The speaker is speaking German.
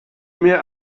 mir